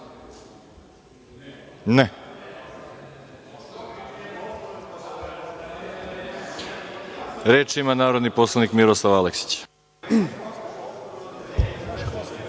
reč?)Reč ima narodni poslanik Miroslav Aleksić.